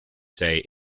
say